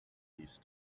east